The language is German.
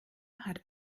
hat